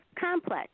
complex